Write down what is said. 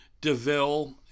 DeVille